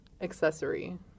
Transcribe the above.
accessory